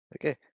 okay